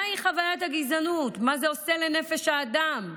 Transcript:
מהי חוויית הגזענות, מה זה עושה לנפש האדם,